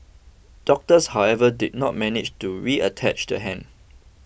doctors however did not manage to reattach the hand